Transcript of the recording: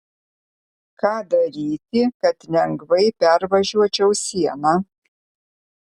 ką daryti kad lengvai pervažiuočiau sieną